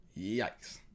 Yikes